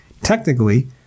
technically